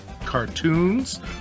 cartoons